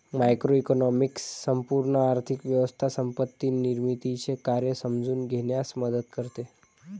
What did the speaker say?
macroeconomics संपूर्ण आर्थिक व्यवस्था संपत्ती निर्मितीचे कार्य समजून घेण्यास मदत करते